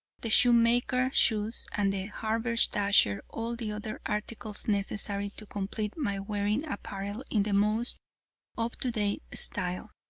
the shoemaker, shoes, and the haberdasher all the other articles necessary to complete my wearing apparel in the most up-to-date style.